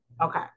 Okay